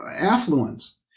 affluence